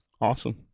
Awesome